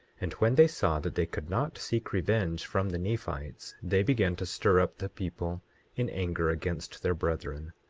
and when they saw that they could not seek revenge from the nephites, they began to stir up the people in anger against their brethren,